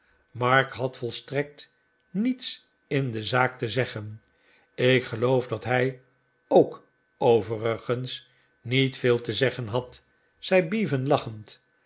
mark had volstrekt niets in de zaak te zeggen ik geloof dat hij ook overigens niet veel te zeggen had zei bevan lachend